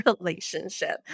relationship